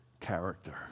character